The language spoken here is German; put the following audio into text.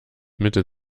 mitte